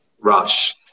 Rush